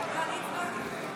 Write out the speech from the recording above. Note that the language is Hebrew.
כבר הצבעתי.